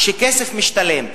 שכסף משתלם.